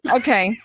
okay